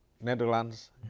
Netherlands